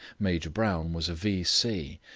major brown was a v c,